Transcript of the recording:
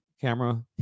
camera